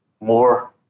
more